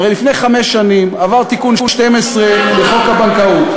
הרי לפני חמש שנים עבר תיקון 12 לחוק הבנקאות,